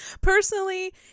Personally